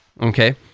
Okay